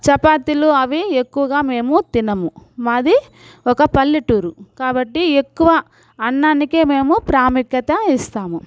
చపాతీలు అవి ఎక్కువగా మేము తినము మాది ఒక పల్లెటూరు కాబట్టి ఎక్కువ అన్నానికి మేము ప్రాముఖ్యత ఇస్తాము